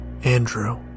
andrew